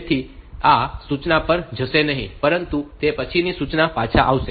તેથી તે આ સૂચના પર જશે નહીં પરંતુ તે પછીની સૂચના પર પાછા આવશે